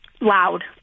loud